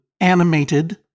animated